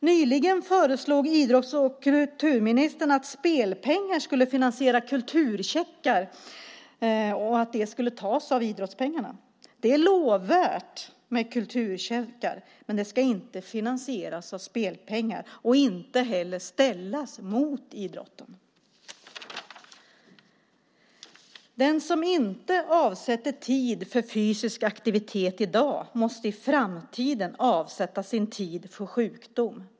Nyligen föreslog idrotts och kulturministern att spelpengar skulle finansiera kulturcheckar och att det skulle tas av idrottspengarna. Det är lovvärt med kulturcheckar, men de ska inte finansieras med spelpengar och inte heller ställas mot idrotten. Den som inte avsätter tid för fysisk aktivitet i dag måste i framtiden avsätta sin tid för sjukdom.